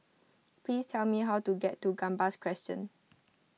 please tell me how to get to Gambas Crescent